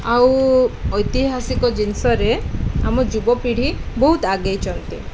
ଆଉ ଐତିହାସିକ ଜିନିଷରେ ଆମ ଯୁବପିଢ଼ି ବହୁତ ଆଗେଇଛନ୍ତି